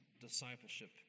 discipleship